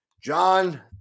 John